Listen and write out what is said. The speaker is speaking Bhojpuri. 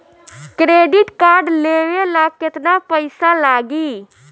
क्रेडिट कार्ड लेवे ला केतना पइसा लागी?